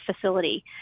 facility